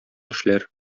эшләр